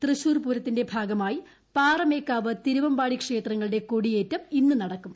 തൃശൂർ പൂരത്തിന്റെ ഭാഗമായി പാറമേക്കാവ് തിരുവമ്പാടി ക്ഷേത്രങ്ങളുടെ കൊടിയേറ്റം ഇന്ന് നടക്കും